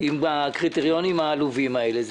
עם הקריטריונים העלובים האלה.